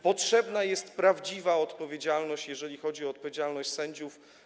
Potrzebna jest prawdziwa odpowiedzialność, jeżeli chodzi o odpowiedzialność sędziów.